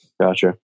Gotcha